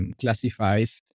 classifies